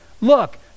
look